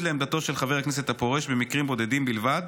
לעמדתו של חבר הכנסת הפורש במקרים בודדים בלבד,